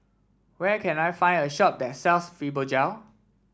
where can I find a shop that sells Fibogel